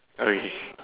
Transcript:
okay